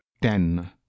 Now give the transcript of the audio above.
ten